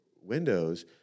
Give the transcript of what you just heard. windows